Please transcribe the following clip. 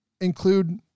include